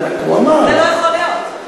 זה לא יכול להיות.